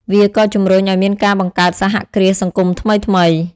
វាក៏ជំរុញឱ្យមានការបង្កើតសហគ្រាសសង្គមថ្មីៗ។